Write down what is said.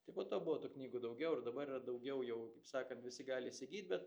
tai po to buvo tų knygų daugiau ir dabar yra daugiau jau kaip sakant visi gali įsigyt bet